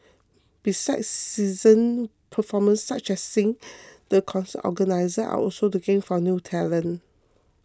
besides seasoned performers such as Sin the concert organisers are also looking for new talent